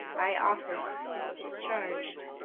thy office is discharg'd